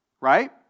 right